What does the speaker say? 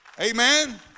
Amen